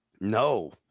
No